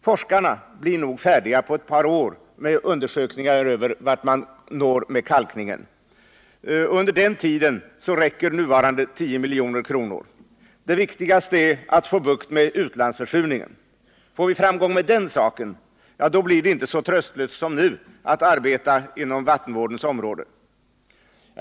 Forskarna blir nog färdiga på ett par år med undersökningar om vart man når med kalkningen, och under den tiden räcker nuvarande anslag om 10 milj.kr. Det viktigaste är att få bukt med den försurning som beror på utländsk påverkan. Får vi framgång med den saken, blir det inte så tröstlöst som nu att arbeta inom vattenvårdens område.